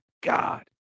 God